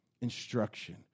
instruction